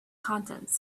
contents